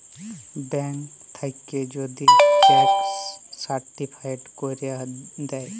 bank থ্যাইকে যদি check certified ক্যইরে দ্যায়